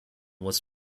was